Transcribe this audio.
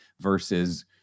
versus